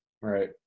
Right